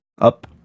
Up